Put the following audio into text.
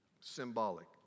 symbolic